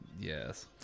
Yes